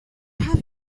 have